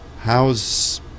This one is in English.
how's